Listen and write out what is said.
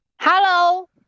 Hello